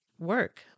Work